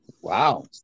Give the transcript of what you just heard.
Wow